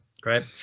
great